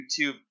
youtube